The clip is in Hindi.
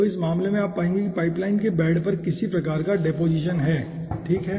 तो इस मामले में आप पाएंगे कि पाइप लाइन के बेड पर किसी प्रकार का डेपोज़िशन है ठीक है